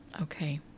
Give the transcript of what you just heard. Okay